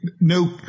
no